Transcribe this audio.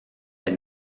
est